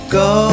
go